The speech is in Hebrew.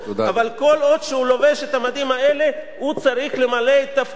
אבל כל עוד שהוא לובש את המדים האלה הוא צריך למלא את תפקידו,